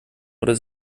oder